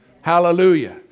Hallelujah